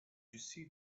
see